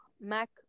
Mac